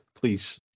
please